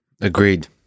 Agreed